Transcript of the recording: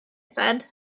said